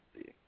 see